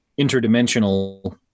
interdimensional